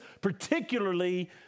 particularly